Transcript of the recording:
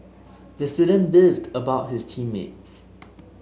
the student beefed about his team mates